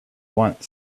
want